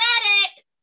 static